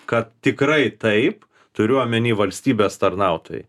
kad tikrai taip turiu omeny valstybės tarnautojai